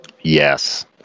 Yes